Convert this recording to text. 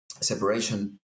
separation